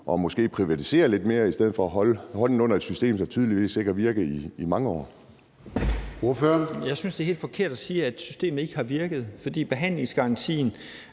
man privatisere lidt mere i stedet for at holde hånden under et system, som tydeligvis ikke har virket i mange år.